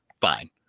Fine